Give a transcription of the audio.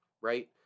right